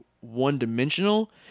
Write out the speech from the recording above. one-dimensional